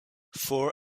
four